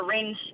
syringe